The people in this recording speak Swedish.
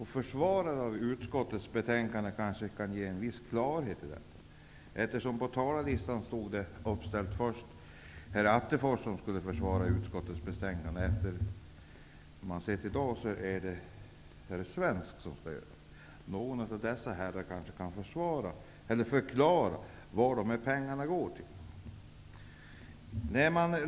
Försvaret av utskottets betänkande kanske kan ge en viss klarhet i detta avseende. På talarlistan stod först herr Attefors, som skulle försvara betänkandet, men det är tydligen herr Svensk som skall göra det. Någon av dessa herrar kanske kan förklara vad dessa pengar går till.